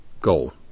Goal